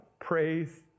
praise